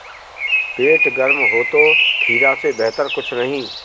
पेट गर्म हो तो खीरा से बेहतर कुछ नहीं